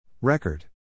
Record